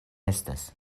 estas